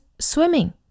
swimming